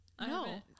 No